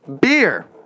beer